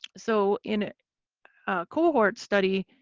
so in a cohort study,